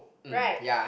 right